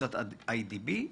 שבקבוצת "אי.די.בי".